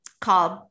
called